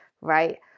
right